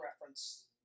reference